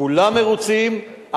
כולם מרוצים.